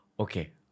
Okay